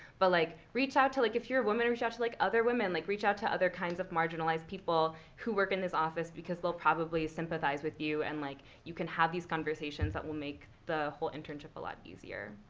but like reach out to like, if you're a woman, reach out to like other women. like reach out to other kinds of marginalized people who work in this office because they'll probably sympathize with you, and like you can have these conversations that will make the whole internship a lot easier.